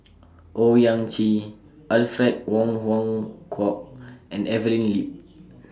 Owyang Chi Alfred Wong Hong Kwok and Evelyn Lip